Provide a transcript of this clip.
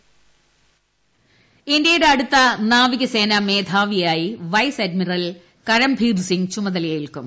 കരംഭീർ സിങ് ഇന്ത്യയുടെ അടുത്ത നാവികസേന നമേധാവിയായി വൈസ് അഡ്മിറൽ കരംഭീർ സിങ് ചുമതലയേൽക്കും